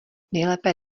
nejlépe